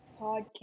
podcast